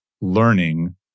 learning